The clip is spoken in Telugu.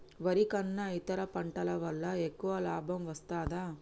వరి కన్నా ఇతర పంటల వల్ల ఎక్కువ లాభం వస్తదా?